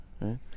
right